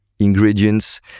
ingredients